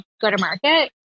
go-to-market